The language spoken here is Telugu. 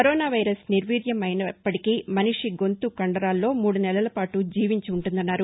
కరోనా వైరస్ నిర్వీర్యం అయిపోయినప్పటికీ మనిషి గొంతు కండరాల్లో మూడు నెలల పాటు జీవించి ఉంటుందన్నారు